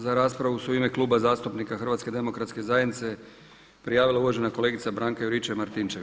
Za raspravu se u ime Kluba zastupnika Hrvatske demokratske zajednice prijavila uvažena kolegica Branka Juričev-Martinčev.